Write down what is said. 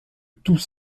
tous